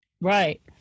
Right